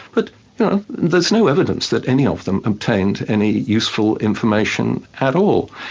but there's no evidence that any of them obtained any useful information at all.